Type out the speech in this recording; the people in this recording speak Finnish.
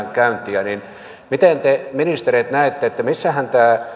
yöaikaan tekemään käyntejä miten te ministerit näette missähän mahtaa